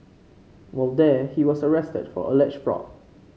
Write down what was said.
while there he was arrested for alleged fraud